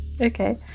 Okay